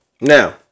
now